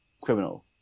Criminal